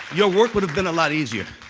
your work would have been a lot easier.